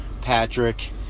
Patrick